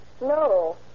No